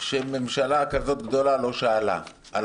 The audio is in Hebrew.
על הקורונה , כשממשלה כזו גדולה לא שאלה.